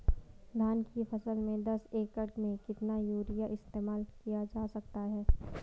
धान की फसल में दस एकड़ में कितना यूरिया इस्तेमाल किया जा सकता है?